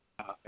Okay